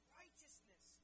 righteousness